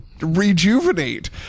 rejuvenate